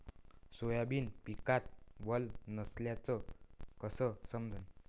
Soybean पिकात वल नसल्याचं कस समजन?